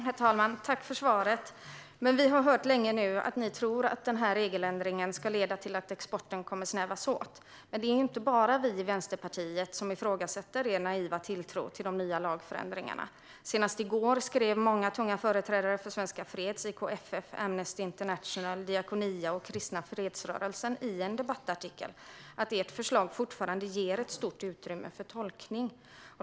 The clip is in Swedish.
Herr talman! Jag tackar Krister Örnfjäder för svaret. Vi har länge hört att ni tror att denna regeländring ska leda till att exporten kommer att snävas åt. Det är dock inte bara Vänsterpartiet som ifrågasätter er naiva tilltro till de nya lagändringarna. Senast i går skrev många tunga företrädare för Svenska Freds, IKFF, Amnesty International, Diakonia och Kristna Fredsrörelsen i en debattartikel att ert förslag fortfarande ger ett stort utrymme för tolkning.